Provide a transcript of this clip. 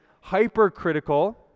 hypercritical